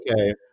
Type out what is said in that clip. Okay